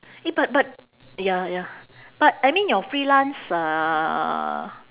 eh but but ya ya but I mean your freelance uh